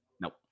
nope